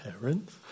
parents